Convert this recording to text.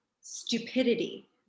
stupidity